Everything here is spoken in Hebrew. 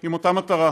עם אותה מטרה.